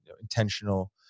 intentional